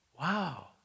Wow